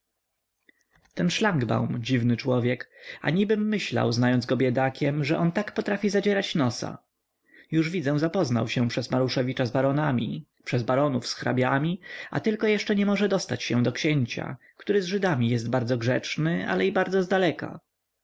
emerytowi ten szlangbaum dziwny człowiek anibym myślał znając go biedakiem że on tak potrafi zadzierać nosa już widzę zapoznał się przez maruszewicza z baronami przez baronów z hrabiami a tylko jeszcze nie może dostać się do księcia który z żydami jest bardzo grzeczny ale i bardzo zdaleka